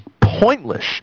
pointless